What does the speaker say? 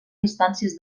distàncies